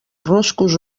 ruscos